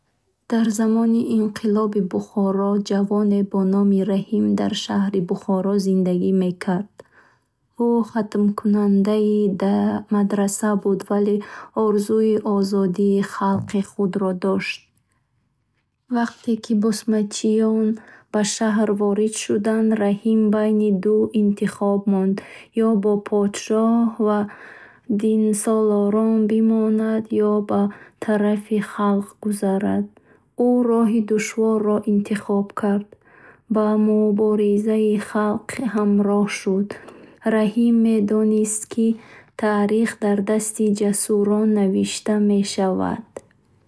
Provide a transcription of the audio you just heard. Дар замони Инқилоби Бухоро, ҷавоне бо номи Раҳим дар шаҳри Бухоро зиндагӣ мекард. Ӯ хатмкардаи мадраса буд, вале орзуи озодии халқи худро дошт. Вақте ки босмачиён ба шаҳр ворид шуданд, Раҳим байни ду интихоб монд: ё бо подшоҳ ва динсолорон бимонад, ё ба тарафи халқ гузарад. Ӯ роҳи душворро интихоб кард — ба муборизаи халқӣ ҳамроҳ шуд.